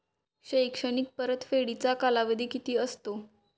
शैक्षणिक परतफेडीचा कालावधी किती असतो?